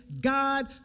God